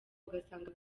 ugasanga